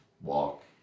walk